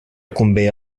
convé